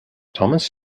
thomas